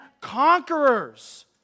conquerors